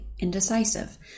indecisive